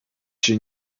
się